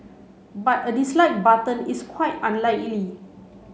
but a dislike button is quite unlikely